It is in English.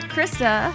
Krista